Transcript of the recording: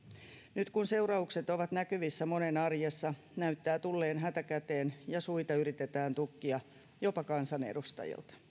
nyt kun seuraukset ovat näkyvissä monen arjessa näyttää tulleen hätä käteen ja suita yritetään tukkia jopa kansanedustajilta